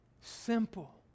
simple